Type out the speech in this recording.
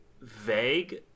vague